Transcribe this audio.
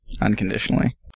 Unconditionally